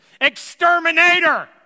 Exterminator